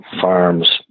farms